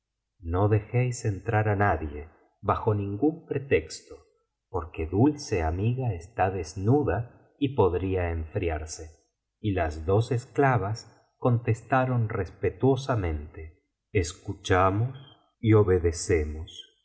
tío dejéis entrar á nadie bajo ningún pretexto porque dulceamiga está desnuda y podría enfriarse y las dos esclavas contestaron respetuosamente escuchamos y obedecemos